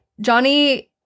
Johnny